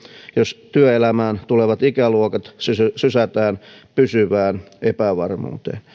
jos työelämään tulevat ikäluokat sysätään sysätään pysyvään epävarmuuteen